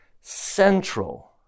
central